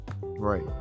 Right